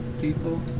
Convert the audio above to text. people